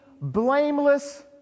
blameless